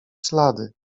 ślady